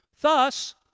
Thus